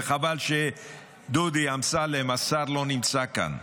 וחבל שהשר דודי אמסלם לא נמצא כאן.